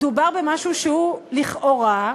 מדובר במשהו שהוא, לכאורה,